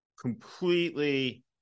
completely